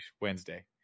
Wednesday